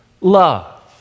love